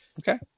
okay